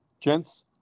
Gents